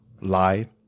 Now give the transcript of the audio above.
lie